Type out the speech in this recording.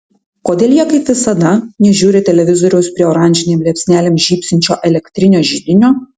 kodėl jie kaip visada nežiūri televizoriaus prie oranžinėm liepsnelėm žybsinčio elektrinio židinio